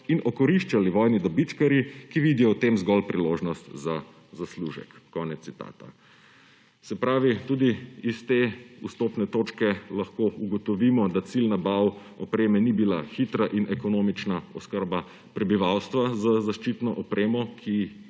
in okoriščali vojni dobičkarji, ki vidijo v tem zgolj priložnost za zaslužek.« Konec citata. Se pravi, tudi iz te vstopne točke lahko ugotovimo, da cilj nabav opreme ni bila hitra in ekonomična oskrba prebivalstva z zaščitno opremo, ki jo